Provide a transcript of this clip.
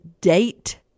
date